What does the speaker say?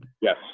Yes